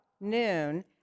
noon